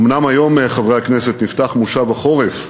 אומנם היום, חברי הכנסת, נפתח מושב החורף,